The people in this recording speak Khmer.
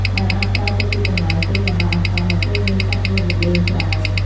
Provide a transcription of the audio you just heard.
ដែលអាចប្រែទៅជាកន្លែងគេងបណ្តោះអាសន្ននៅពេលមានសាច់ញាតិមកលេងច្រើន។